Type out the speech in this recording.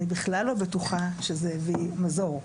אני בכלל לא בטוחה שזה הביא מזור,